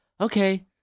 okay